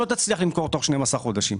שלא תצליח למכור תוך 12 חודשים,